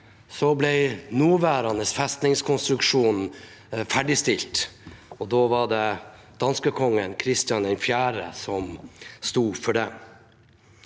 ble den nåværende festningskonstruksjonen ferdigstilt, og da var det danskekongen, Christian IV, som sto for det.